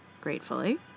gratefully